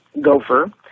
gopher